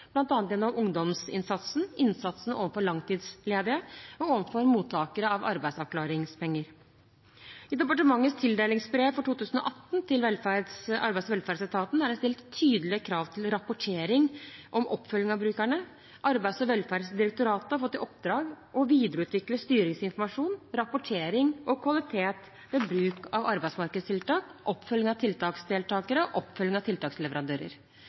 bl.a. gjennom ungdomsinnsatsen, innsatsen overfor langtidsledige og overfor mottakere av arbeidsavklaringspenger. I departementets tildelingsbrev for 2018 til arbeids- og velferdsetaten er det stilt tydelige krav til rapportering om oppfølgingen av brukerne. Arbeids- og velferdsdirektoratet har fått i oppdrag å videreutvikle styringsinformasjon, rapportering og kvalitet ved bruk av arbeidsmarkedstiltak, oppfølging av tiltaksdeltakere og oppfølging av tiltaksleverandører.